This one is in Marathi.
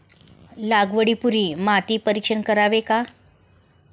लागवडी पूर्वी माती परीक्षण करावे का?